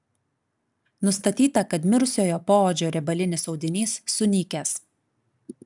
nustatyta kad mirusiojo poodžio riebalinis audinys sunykęs